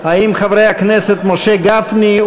האם חברי הכנסת משה גפני,